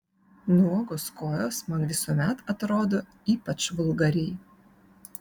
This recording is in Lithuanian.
nuogos kojos man visuomet atrodo ypač vulgariai